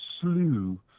slew